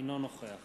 אינו נוכח